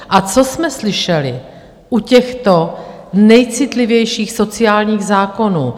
A co jsme slyšeli u těchto nejcitlivějších sociálních zákonů?